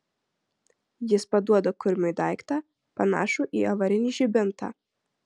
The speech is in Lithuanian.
jis paduoda kurmiui daiktą panašų į avarinį žibintą